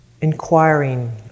inquiring